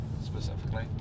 specifically